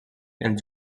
els